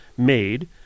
made